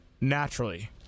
naturally